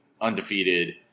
undefeated